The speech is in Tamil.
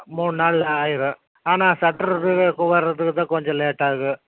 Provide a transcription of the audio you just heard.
மூணு நாள் ஆயிரும் ஆனால் சட்டரு போடுறதுக்கு தான் கொஞ்சம் லேட் ஆகும்